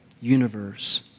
universe